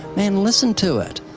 man, listen to it.